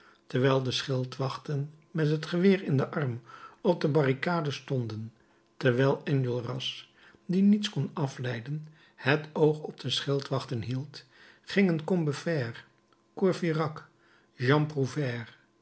terwijl de schildwachten met het geweer in den arm op de barricade stonden terwijl enjolras dien niets kon afleiden het oog op de schildwachten hield gingen combeferre courfeyrac jean prouvaire